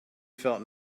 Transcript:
felt